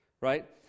right